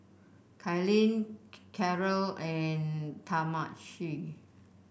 Kailyn Cara and Talmage